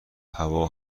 هوا